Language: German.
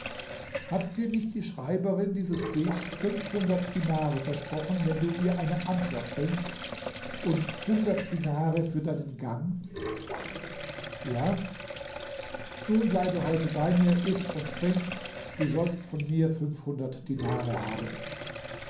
hat dir nicht die schreiberin dieses briefs fünfhundert dinare versprochen wenn du ihr eine antwort bringst und hundert dinare für deinen gang ja nun bleibe heute bei mit iß und trink du sollst von mir fünfhundert dinare haben